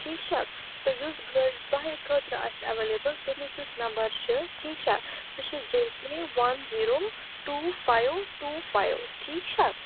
ٹھیٖک چھا یُس گٲڑۍ تۄہہِ خٲطرٕ آسہِ اٮ۪ویلیبٕل تَمیُک یُس نمبَر چھُ ٹھیٖک چھا سُہ چھِ J K one zero two five two five ٹھیٖک چھا